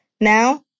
now